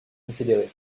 confédérés